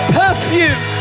perfume